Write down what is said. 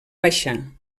baixar